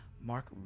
Mark